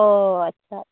ᱚ ᱟᱪᱪᱷᱟ